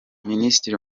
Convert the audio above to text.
minisitiri